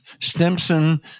Stimson